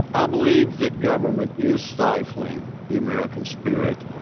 i believe that government is stifling the american spirit